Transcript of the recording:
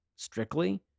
strictly